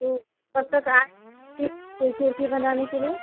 तो कब तक आएँगे खिड़की उड़की बनाने के लिए